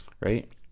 right